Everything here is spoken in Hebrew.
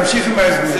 תמשיך עם האוזניות,